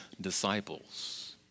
disciples